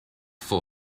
full